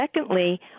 secondly